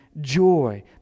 joy